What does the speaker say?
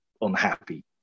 unhappy